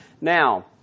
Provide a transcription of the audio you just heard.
Now